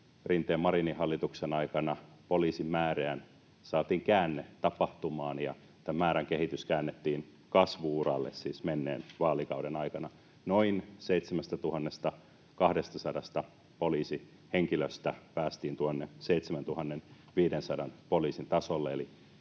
Rinteen—Marinin hallituksen aikana poliisin määrään saatiin tapahtumaan käänne ja tämä määrän kehitys käännettiin kasvu-uralle, siis menneen vaalikauden aikana. Noin 7 200 poliisihenkilöstä päästiin tuonne 7 500 poliisin tasolle,